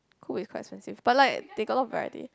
Coop is quite expensive but like they got a lot of variety